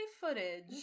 footage